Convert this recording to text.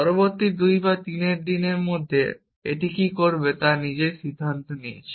পরবর্তী 2 বা 3 দিনের মধ্যে এটি কী করবে তা নিজেই সিদ্ধান্ত নিয়েছে